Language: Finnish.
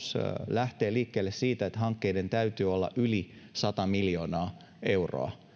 lähtee liikkeelle siitä että hankkeiden täytyy olla yli sata miljoonaa euroa